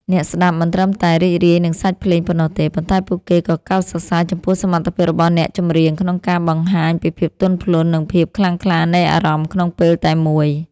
អ្នកស្ដាប់មិនត្រឹមតែរីករាយនឹងសាច់ភ្លេងប៉ុណ្ណោះទេ ប៉ុន្តែពួកគេក៏កោតសរសើរចំពោះសមត្ថភាពរបស់អ្នកចម្រៀងក្នុងការបង្ហាញពីភាពទន់ភ្លន់ និងភាពខ្លាំងក្លានៃអារម្មណ៍ក្នុងពេលតែមួយ។